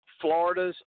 Florida's